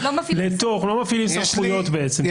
לא מפעילים סמכויות בעצם,